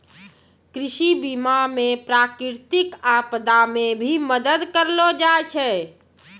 कृषि बीमा मे प्रकृतिक आपदा मे भी मदद करलो जाय छै